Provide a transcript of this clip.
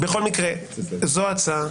בכל מקרה זו ההצעה,